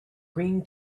green